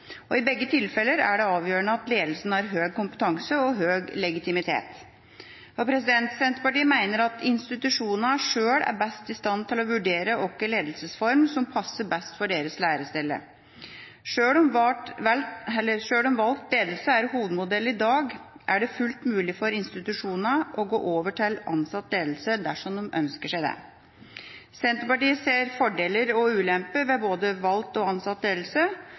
I begge tilfeller er det avgjørende at ledelsen har høy kompetanse og høy legitimitet. Senterpartiet mener at institusjonene sjøl er best i stand til å vurdere hvilken ledelsesform som passer best for deres lærested. Sjøl om valgt ledelse er hovedmodell i dag, er det fullt mulig for institusjonene å gå over til ansatt ledelse dersom de ønsker det. Senterpartiet ser fordeler og ulemper ved både valgt og ansatt ledelse.